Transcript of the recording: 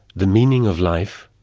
the meaning of life,